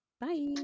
Bye